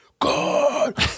God